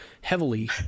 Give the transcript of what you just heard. heavily